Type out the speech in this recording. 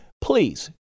Please